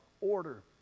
order